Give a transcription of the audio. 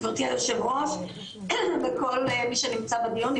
גבירתי יושבת הראש וכל מי שנמצא בדיון.